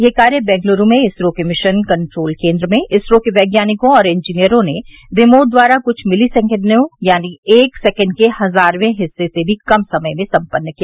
यह कार्य बेंगलुरू में इसरो के मिशन कन्ट्रोल केन्द्र में इसरो के वैज्ञानिकों और इंजीनियरों ने रिमोट द्वारा कृष्ठ मिली सेकेण्डों यानी एक सेकेण्ड के हजारवें हिस्से से भी कम समय में सम्पन्न किया